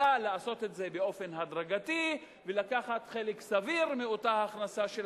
אלא לעשות את זה באופן הדרגתי ולקחת חלק סביר מאותה הכנסה של